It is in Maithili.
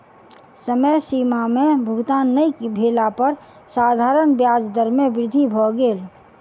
समय सीमा में भुगतान नै भेला पर साधारण ब्याज दर में वृद्धि भ गेल